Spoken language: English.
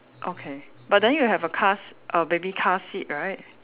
okay but then you have a car s~ a baby car seat right